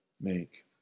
make